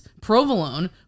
provolone